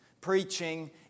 preaching